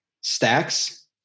stacks